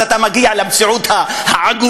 אז אתה מגיע למציאות עגומה,